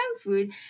food